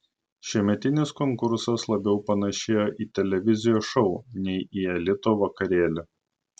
šiemetinis konkursas labiau panašėjo į televizijos šou nei į elito vakarėlį